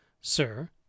sir